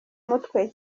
mutwe